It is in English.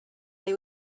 they